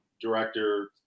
director